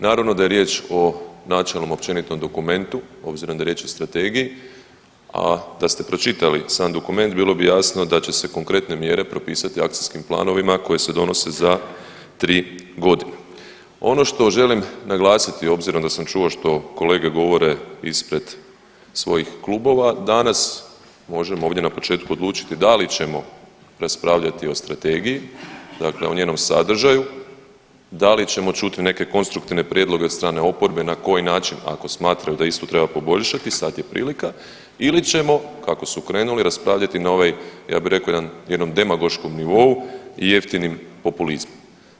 Naravno da je riječ o načelno općenitom dokumentu obzirom da je riječ o strategiji, a da ste pročitali sam dokument bilo bi jasno da će se konkretne mjere propisati akcijskim planovima koji se donose za 3.g. Ono što želim naglasiti obzirom da sam čuo što kolege govore ispred svojih klubova, danas možemo ovdje na početku odlučiti da li ćemo raspravljati o strategiji, dakle o njenom sadržaju, da li ćemo čuti neke konstruktivne prijedloge od strane oporbe na koji način ako smatraju da istu treba poboljšati sad je prilika ili ćemo kako su krenuli raspravljati na ovaj ja bi rekao jedan, jednom demagoškom nivou i jeftinim populizmom.